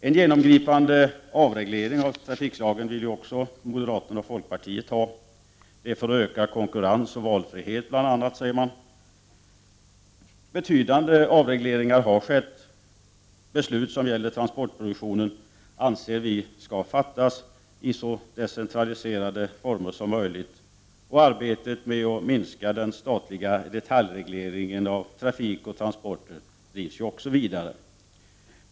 En genomgripande avreglering av trafikslagen vill moderaterna och folkpartiet också ha: Det är bl.a. för att öka konkurrens och valfrihet, säger man. Betydande avregleringar har skett. Beslut som gäller transportproduktionen anser vi skall fattas i så decentraliserade former som möjligt. Arbetet med att minska den statliga detaljregleringen av trafik och transporter drivs också vidare.